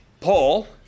Paul